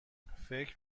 فکر